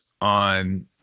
on